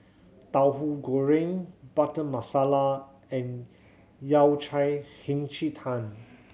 Tauhu Goreng Butter Masala and Yao Cai Hei Ji Tang